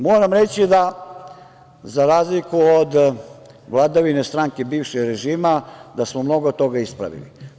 Moram reći da smo, za razliku od vladavine stranke bivšeg režima, mnogo toga ispravili.